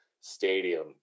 stadium